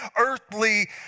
earthly